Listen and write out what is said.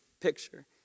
picture